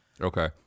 Okay